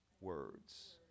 words